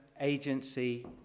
agency